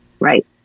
Right